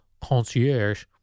concierge